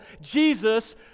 Jesus